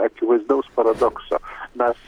akivaizdaus paradokso mes